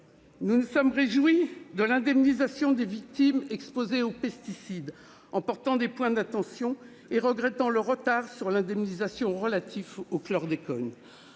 Nous nous sommes réjouis de l'indemnisation des victimes exposées aux pesticides, en portant des points d'attention. Cependant, nous regrettons le retard pris pour l'indemnisation des victimes du chlordécone.